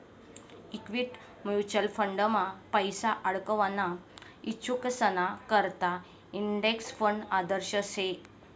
equity mutual फंडमा पैसा आडकवाना इच्छुकेसना करता इंडेक्स फंड आदर्श शे